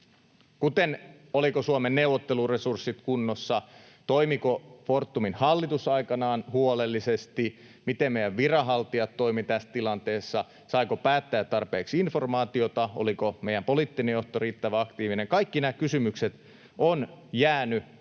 kuten olivatko Suomen neuvotteluresurssit kunnossa, toimiko Fortumin hallitus aikanaan huolellisesti, miten meidän viranhaltijamme toimivat tässä tilanteessa, saivatko päättäjät tarpeeksi informaatiota, oliko meidän poliittinen johto riittävän aktiivinen. Kaikki nämä kysymykset ovat jääneet